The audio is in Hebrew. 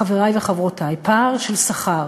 חברי וחברותי, פער של שכר